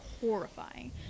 horrifying